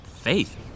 Faith